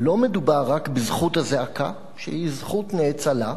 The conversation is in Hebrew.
לא מדובר רק בזכות הזעקה, שהיא זכות נאצלה,